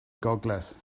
gogledd